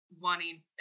wanting